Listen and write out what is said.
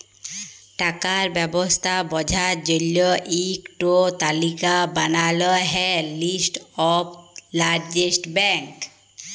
টাকার ব্যবস্থা বঝার জল্য ইক টো তালিকা বানাল হ্যয় লিস্ট অফ লার্জেস্ট ব্যাঙ্ক